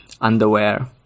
underwear